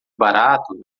barato